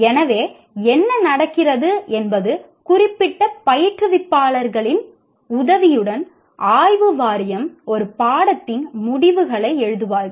எனவே என்ன நடக்கிறது என்பது குறிப்பிட்ட பயிற்றுவிப்பாளர்களின் உதவியுடன் ஆய்வு வாரியம்ஒரு பாடத்தின் முடிவுகளை எழுதுவார்கள்